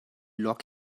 lok